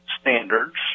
standards